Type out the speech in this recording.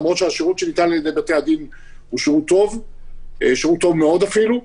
למרות שהשירות שניתן על-ידי בתי-הדין הוא שירות טוב מאוד אפילו,